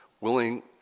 willing